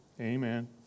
Amen